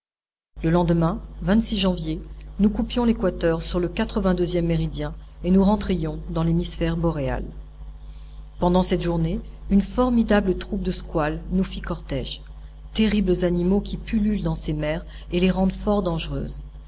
le lendemain janvier nous coupions l'équateur sur le quatre vingt deuxième méridien et nous rentrions dans l'hémisphère boréal pendant cette journée une formidable troupe de squales nous fit cortège terribles animaux qui pullulent dans ces mers et les rendent fort dangereuses